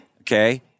Okay